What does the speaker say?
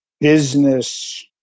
business